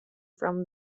from